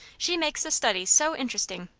she makes the studies so interesting.